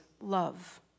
love